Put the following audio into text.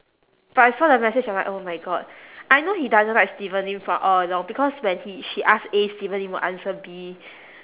but I saw the message I'm like oh my god I know he doesn't like steven lim from all along because when he she ask A steven lim will answer B